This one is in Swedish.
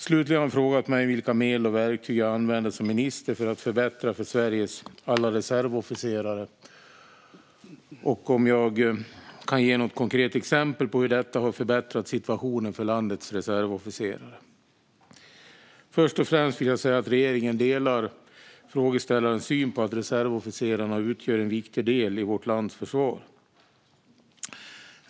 Slutligen har han frågat mig om vilka medel och verktyg jag använder som minister för att förbättra för Sveriges alla reservofficerare och om jag kan ge något konkret exempel på hur detta har förbättrat situationen för landets reservofficerare. Först och främst vill jag säga att regeringen delar frågeställarens syn på att reservofficerarna utgör en viktig del i vårt lands försvar.